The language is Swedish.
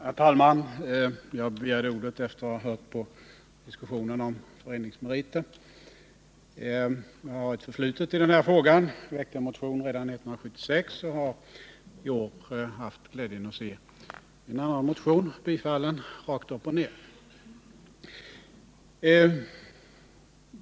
Herr talman! Jag begärde ordet efter att ha hört diskussionen om föreningsmeriter. Jag har ett förflutet i denna fråga då jag redan 1976 väckte en motion i ärendet och i år har haft glädjen att se en annan motion bli bifallen rakt upp och ner.